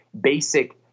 basic